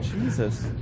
Jesus